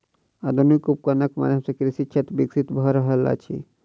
आधुनिक उपकरणक माध्यम सॅ कृषि क्षेत्र विकसित भ रहल अछि